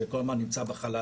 זה כל הזמן נמצא בחלל